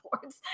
boards